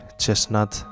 Chestnut